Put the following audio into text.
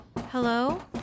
Hello